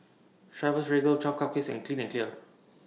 Chivas Regal twelve Cupcakes and Clean and Clear